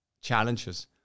challenges